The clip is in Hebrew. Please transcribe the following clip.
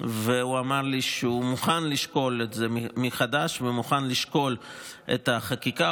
והוא אמר לי שהוא מוכן לשקול את זה מחדש ומוכן לשקול את החקיקה.